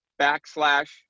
backslash